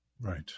Right